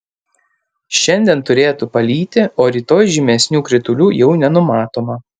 šiandien turėtų palyti o rytoj žymesnių kritulių jau nenumatoma